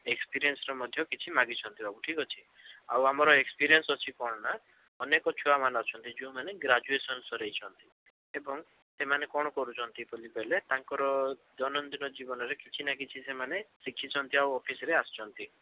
ଏକ୍ସପିରିଏନ୍ସର ମଧ୍ୟ କିଛି ମାଗିଛନ୍ତି ବାବୁ ଠିକ୍ ଅଛି ଆଉ ଆମର ଏକ୍ସପିରିଏନ୍ସ ଅଛି କ'ଣ ନା ଅନେକ ଛୁଆମାନେ ଅଛନ୍ତି ଯେଉଁମାନେ ଗ୍ରାଜୁଏସନ୍ ସରେଇଛନ୍ତି ଏବଂ ସେମାନେ କ'ଣ କରୁଛନ୍ତି ବୋଲି କହିଲେ ତାଙ୍କର ଦୈନନ୍ଦିନ ଜୀବନରେ କିଛି ନା କିଛି ସେମାନେ ଶିଖିଛନ୍ତି ଆଉ ଅଫିସ୍ରେ ଆସିଛନ୍ତି